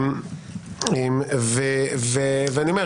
ואני אומר,